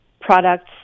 products